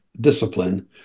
discipline